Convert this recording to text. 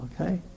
Okay